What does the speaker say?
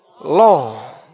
long